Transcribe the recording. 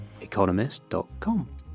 economist.com